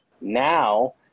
Now